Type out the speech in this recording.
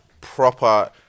proper